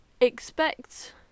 expect